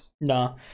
No